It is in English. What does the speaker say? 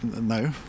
No